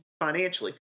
financially